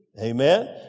Amen